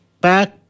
back